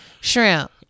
shrimp